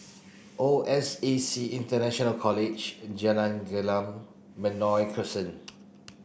O S A C International College and Jalan Gelam Benoi Crescent